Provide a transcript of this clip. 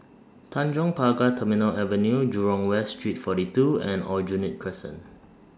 Tanjong Pagar Terminal Avenue Jurong West Street forty two and Aljunied Crescent